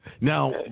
Now